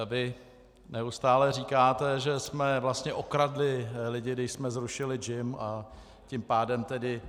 Vy neustále říkáte, že jsme vlastně okradli lidi, když jsme zrušili JIM, a tím pádem tedy...